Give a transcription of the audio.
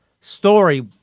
story